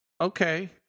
Okay